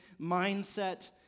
mindset